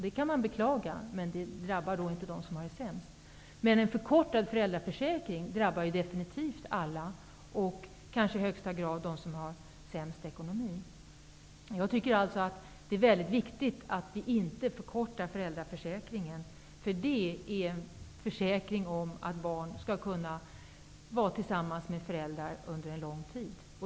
Det kan man beklaga, men det drabbar inte dem som har det sämst. En förkortad föräldraförsäkring drabbar alla, och kanske i högsta grad de som har sämst ekonomi. Jag tycker således att det är mycket viktigt att vi inte förkortar föräldraförsäkringen. Det är ju en försäkring om att barn skall kunna vara tillsammans med sina föräldrar under en lång tid.